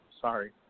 Sorry